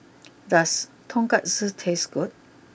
does Tonkatsu taste good